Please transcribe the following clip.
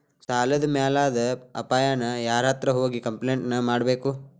ಸಾಲದ್ ಮ್ಯಾಲಾದ್ ಅಪಾಯಾನ ಯಾರ್ಹತ್ರ ಹೋಗಿ ಕ್ಂಪ್ಲೇನ್ಟ್ ಕೊಡ್ಬೇಕು?